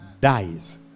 dies